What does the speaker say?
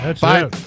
Bye